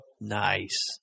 Nice